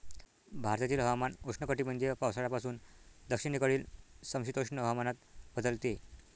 भारतातील हवामान उष्णकटिबंधीय पावसाळ्यापासून दक्षिणेकडील समशीतोष्ण हवामानात बदलते